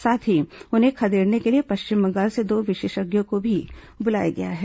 साथ ही उन्हें खदेड़ने के लिए पश्चिम बंगाल से दो विशेषज्ञों को भी ब्लाया गया है